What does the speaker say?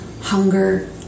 hunger